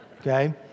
okay